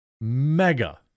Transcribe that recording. Mega